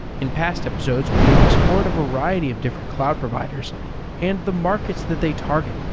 in past episodes, we have explored a variety of different cloud providers and the markets that they target.